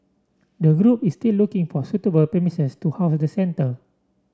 the group is still looking for suitable premises to house the centre